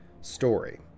story